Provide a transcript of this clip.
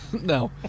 No